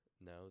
No